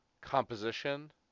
composition